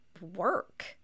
work